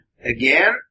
again